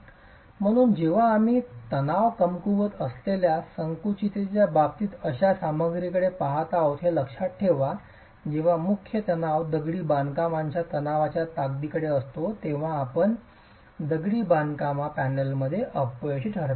म्हणूनच जेव्हा आम्ही तणाव कमकुवत असलेल्या संकुचिततेच्या बाबतीत अशा सामग्रीकडे पहात आहोत हे लक्षात घेता जेव्हा मुख्य तणाव दगडी बांधकामाच्या तणावाच्या ताकदीकडे जातो तेव्हा आपण दगडी बांधकामा पॅनेलमध्ये अपयशी ठरता